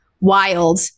wild